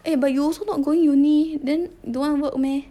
eh but you also not going uni then don't want work meh